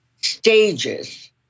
stages